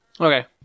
Okay